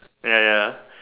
ya ya